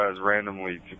randomly